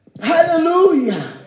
Hallelujah